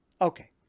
Okay